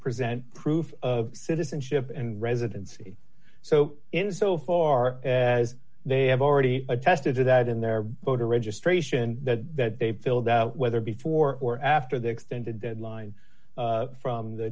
present proof of citizenship and residency so in so far as they have already attested to that in their voter registration that they filled out whether before or after the extended deadline from the